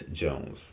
Jones